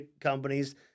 companies